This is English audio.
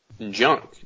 junk